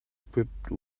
equipped